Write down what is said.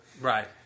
Right